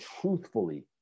truthfully